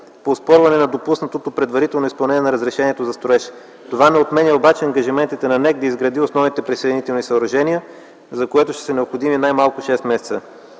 по оспорване на допуснатото предварително изпълнение на разрешението за строеж. Това не отменя обаче ангажиментите на НЕК да изгради основните присъединителни съоръжения, за което ще са необходими най-малко шест месеца.